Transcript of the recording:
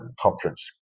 conference